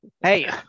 Hey